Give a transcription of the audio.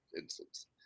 instance